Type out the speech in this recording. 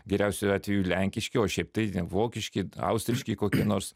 geriausiu atveju lenkiški o šiaip taip vokiški austriški kokie nors